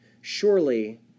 surely